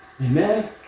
Amen